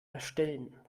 erstellen